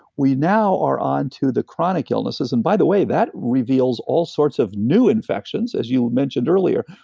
we now are onto the chronic illnesses and, by the way, that reveals all sorts of new infections, as you mentioned earlier.